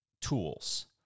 tools